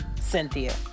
Cynthia